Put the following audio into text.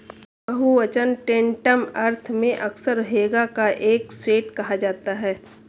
बहुवचन टैंटम अर्थ में अक्सर हैगा का एक सेट कहा जाता है